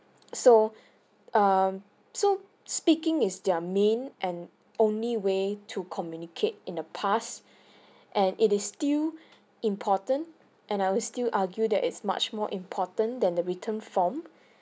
so um so speaking is their main and only way to communicate in the past and it is still important and I will still argue that is much more important than the written form